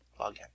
login